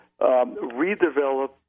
redevelop